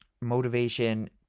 motivation